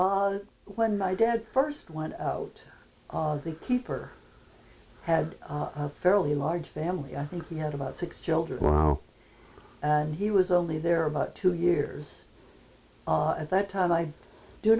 when my dad first went out the keeper had a fairly large family i think he had about six children and he was only there about two years at that time i do